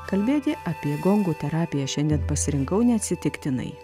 kalbėti apie gongų terapiją šiandien pasirinkau neatsitiktinai